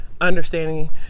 understanding